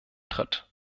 tritt